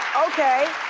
okay.